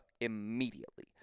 immediately